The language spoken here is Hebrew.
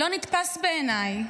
לא נתפס בעיניי